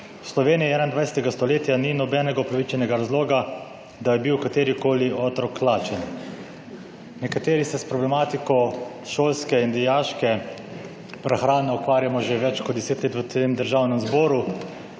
V Sloveniji 21. stoletja ni nobenega upravičenega razloga, da bi bil katerikoli otrok lačen. Nekateri se s problematiko šolske in dijaške prehrane ukvarjamo že več kot deset let v Državnem zboru.